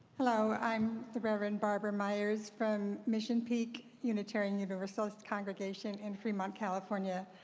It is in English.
hello. i'm the reverend barbara meyers from mission peak unitarian universalist congregation in fremont, california.